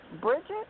Bridget